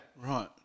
right